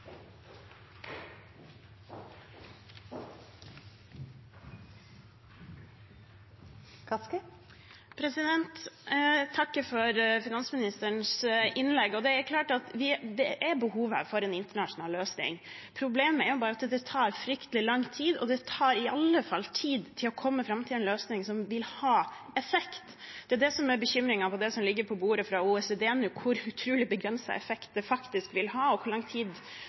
for en internasjonal løsning. Problemet er bare at det tar fryktelig lang tid, og det tar i alle fall tid å komme fram til en løsning som vil ha effekt. Det er det som er bekymringen når det gjelder det som ligger på bordet fra OECD nå – hvor utrolig begrenset effekt det faktisk vil ha, og hvor lang tid